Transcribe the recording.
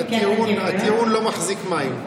הטיעון לא מחזיק מים.